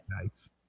Nice